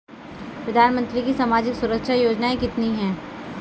प्रधानमंत्री की सामाजिक सुरक्षा योजनाएँ कितनी हैं?